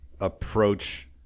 approach